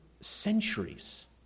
centuries